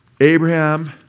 Abraham